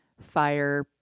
fire